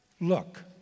look